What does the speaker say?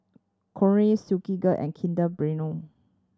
Knorr Silkygirl and Kinder